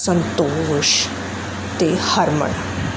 ਸੰਤੋਸ਼ ਅਤੇ ਹਰਮਨ